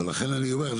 לכן אני אומר,